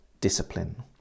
discipline